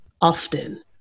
often